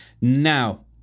Now